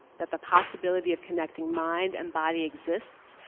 that the possibility of connecting mind and body exists.